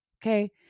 Okay